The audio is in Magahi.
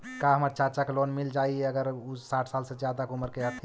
का हमर चाचा के लोन मिल जाई अगर उ साठ साल से ज्यादा के उमर के हथी?